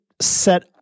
set